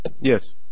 Yes